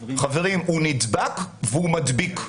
חברים, הוא נדבק והוא מדביק.